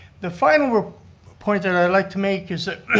the final point that i'd like to make is that